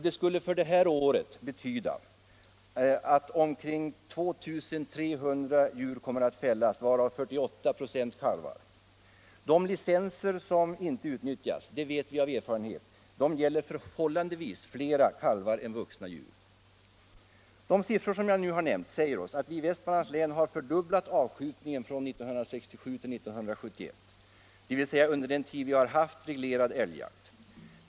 Det skulle för det här året betyda att ca 2 300 djur kommer att fällas, varav 48 96 kalvar. De licenser som inte utnyttjas gäller — det vet vi av erfarenhet — förhållandevis fler kalvar än vuxna djur: De siffror jag nu nämnt visar att vi i Västmanlands län har fördubblat avskjutningen från 1967 till 1974, dvs. under den tid vi haft reglerad älgjakt.